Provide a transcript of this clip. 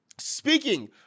Speaking